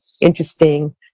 interesting